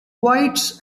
whites